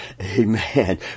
Amen